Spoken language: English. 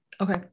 Okay